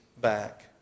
back